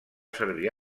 servir